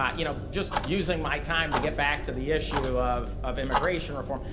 um you know, just using my time to get back to the issue of of immigration reform,